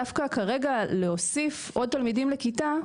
דווקא כרגע להוסיף עוד תלמידים לכיתה,